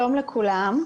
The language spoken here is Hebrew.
קודם כל,